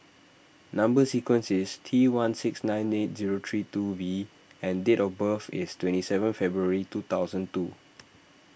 Number Sequence is T one six nine eight zero three two V and date of birth is twenty seven February two thousand and two